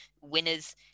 winners